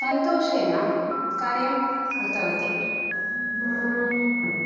सन्तोषेण कार्यं कृतवती